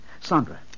Sandra